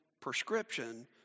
prescription